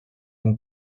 amb